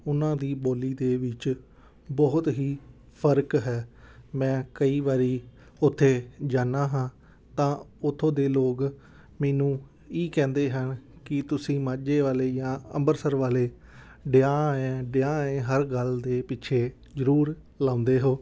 ਉਹਨਾਂ ਦੀ ਬੋਲੀ ਦੇ ਵਿੱਚ ਬਹੁਤ ਹੀ ਫ਼ਰਕ ਹੈ ਮੈਂ ਕਈ ਵਾਰੀ ਉੱਥੇ ਜਾਂਦਾ ਹਾਂ ਤਾਂ ਉੱਥੋਂ ਦੇ ਲੋਕ ਮੈਨੂੰ ਈ ਕਹਿੰਦੇ ਹਨ ਕਿ ਤੁਸੀਂ ਮਾਝੇ ਵਾਲੇ ਜਾਂ ਅੰਮ੍ਰਿਤਸਰ ਵਾਲੇ ਡਿਆ ਏਂ ਡਿਆ ਏਂ ਹਰ ਗੱਲ ਦੇ ਪਿੱਛੇ ਜ਼ਰੂਰ ਲਾਉਂਦੇ ਹੋ